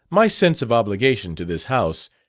my sense of obligation to this house